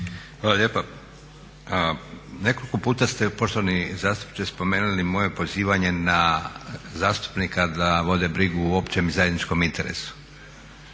Hvala lijepa. Nekoliko puta ste poštovani zastupniče spomenuli moje pozivanje na zastupnika da vode brigu o općem i zajedničkom interesu.